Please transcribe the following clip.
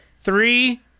Three